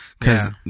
Cause